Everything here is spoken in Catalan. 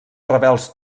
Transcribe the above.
rebels